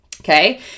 Okay